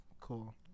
Cool